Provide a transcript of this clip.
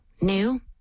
New